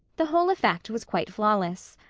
the whole effect was quite flawless.